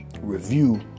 review